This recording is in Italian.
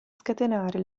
scatenare